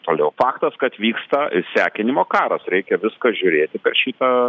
toliau faktas kad vyksta išsekinimo karas reikia viską žiūrėti per šitą